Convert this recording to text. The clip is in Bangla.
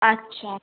আচ্ছা